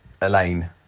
elaine